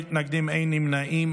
מתנגדים, אין נמנעים.